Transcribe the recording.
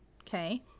Okay